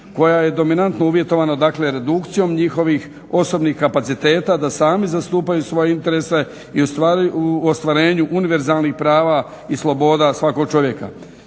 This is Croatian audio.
koja je dominantno uvjetovana, dakle redukcijom njihovih osobnih kapaciteta da sami zastupaju svoje interese i u ostvarenju univerzalni prava i sloboda svakog čovjeka.